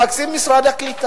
תקציב משרד הקליטה.